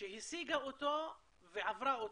שהשיגה אותו ועברה אותו,